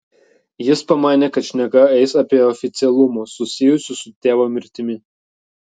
jis pamanė kad šneka eis apie oficialumus susijusius su tėvo mirtimi